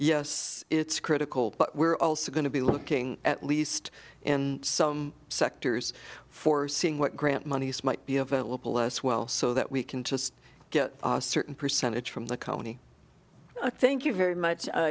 yes it's critical but we're also going to be looking at least in some sectors for seeing what grant monies might be available as well so that we can just get a certain percentage from the county thank you very much